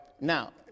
Now